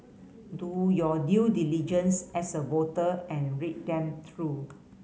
do your due diligence as a voter and read them through